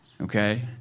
okay